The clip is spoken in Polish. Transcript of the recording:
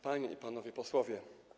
Panie i Panowie Posłowie!